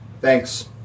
Thanks